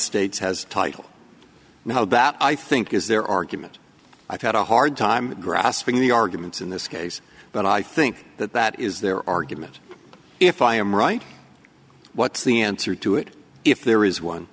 states has title now that i think is their argument i've had a hard time grasping the arguments in this case but i think that that is their argument if i am right what's the answer to it if there is one